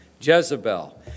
Jezebel